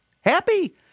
happy